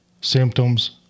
symptoms